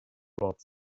brought